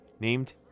named